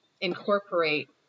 incorporate